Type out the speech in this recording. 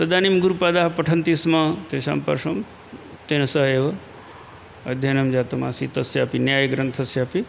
तदानीं गुरुपादाः पठन्ति स्म तेषां पार्श्वं तेन सह एव अध्ययनं जातमासीत् तस्यापि न्यायग्रन्थस्यापि